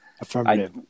Affirmative